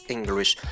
English